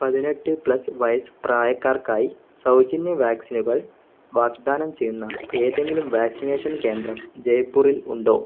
പതിനെട്ട് പ്ലസ് വയസ്സ് പ്രായക്കാർക്കായി സൗജന്യ വാക്സിനുകൾ വാഗ്ദാനം ചെയ്യുന്ന ഏതെങ്കിലും വാക്സിനേഷൻ കേന്ദ്രം ജയ്പൂറിൽ ഉണ്ടോ